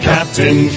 Captain